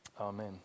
Amen